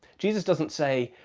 jesus doesn't say,